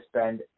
spend